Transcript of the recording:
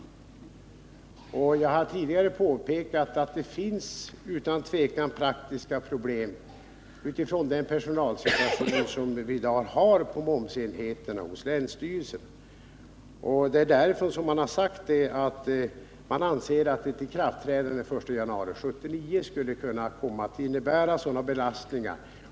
Som jag tidigare påpekade finns det utan tvivel praktiska problem, bl.a. med tanke på den personalsituation som man i dag har inom länsstyrelsernas momsenheter. Länsstyrelserna har också framhållit att ett ikraftträdande från den 1 januari 1979 skulle kunna komma att innebära belastningar.